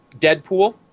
Deadpool